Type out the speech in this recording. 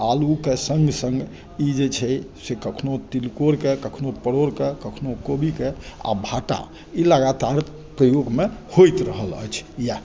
आलुकेँ सङ्ग सङ्ग ई जे छै से कखनो तिलकोरकेँ कखनो परोरकेॅ कखनो कोबीके आ भाटा ई लगातार प्रयोगमे होइत रहल अछि इएह